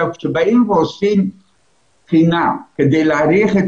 כשבאים ועושים בחינה כדי להעריך את